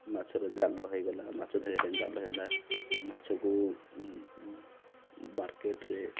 ମାଛର ଜାଲ ହେଇଗଲା ମାଛ ଧରିବା ପାଇଁ ଜାଲ ହେଲା ମାଛକୁ ମାର୍କେଟରେ